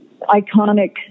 iconic